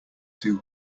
too